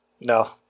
No